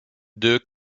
deux